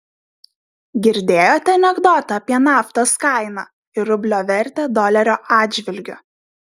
girdėjote anekdotą apie naftos kainą ir rublio vertę dolerio atžvilgiu